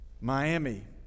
Miami